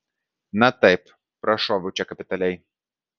na taip prašoviau čia kapitaliai